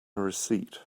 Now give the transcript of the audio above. receipt